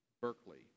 berkeley